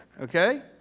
okay